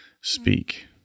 speak